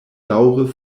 daŭre